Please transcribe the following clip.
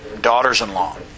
daughters-in-law